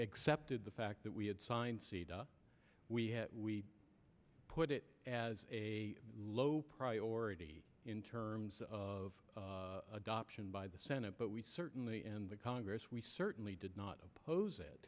accepted the fact that we had signed we had we put it as a low priority in terms of adoption by the senate but we certainly and the congress we certainly did not oppose